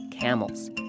camels